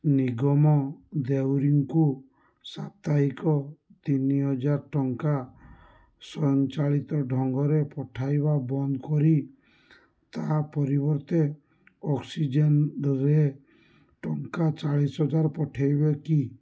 ନିଗମ ଦେଉରୀଙ୍କୁ ସାପ୍ତାହିକ ତିନିହଜାର ଟଙ୍କା ସ୍ୱୟଂ ଚାଳିତ ଢଙ୍ଗରେ ପଠାଇବା ବନ୍ଦ କରି ତା ପରିବର୍ତ୍ତେ ଅକ୍ସିଜେନରେ ଟଙ୍କା ଚାଳିଶ ହଜାର ପଠେଇବେ କି